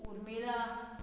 Urmila